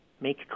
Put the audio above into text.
make